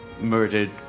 Murdered